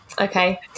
okay